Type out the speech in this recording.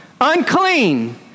unclean